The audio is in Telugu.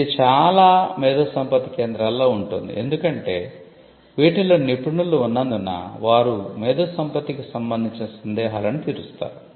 ఇది చాలా మేధోసంపత్తి కేంద్రాలలో ఉంటుంది ఎందుకంటే వీటిలో నిపుణులు ఉన్నందున వారు మేధోసంపత్తికి సంబందించిన సందేహాలను తీరుస్తారు